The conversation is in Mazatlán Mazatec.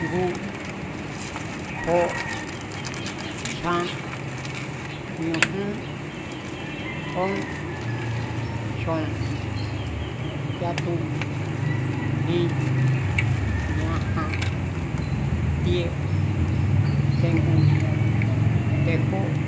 Ngu, jó, jyán, ñjún, ón, jyon, yatu, jin, ñajan, tie, tejngu, tejó,